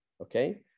okay